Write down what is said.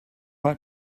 like